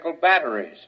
batteries